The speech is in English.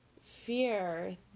fear